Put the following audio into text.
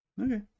Okay